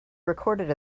recorded